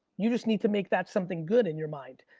you just need to make that something good in your mind.